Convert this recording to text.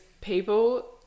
people